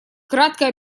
краткое